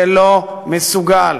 שלא מסוגל.